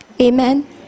Amen